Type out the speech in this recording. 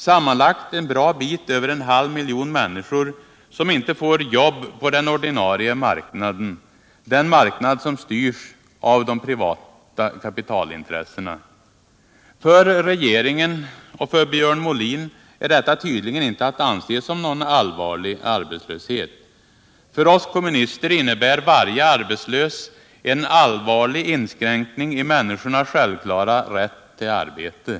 Sammanlagt är det en bra bit över en halv miljon människor som inte får jobb på den ordinarie marknaden — den marknad som styrs av de privata kapitalintressena. För regeringen och för Björn Molin är detta tydligen inte att anse som någon allvarlig arbetslöshet. För oss kommunister innebär varje arbetslös en allvarlig inskränkning i människornas självklara rätt till arbete.